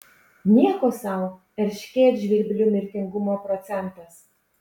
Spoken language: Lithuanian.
nieko sau erškėtžvirblių mirtingumo procentas